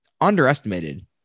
underestimated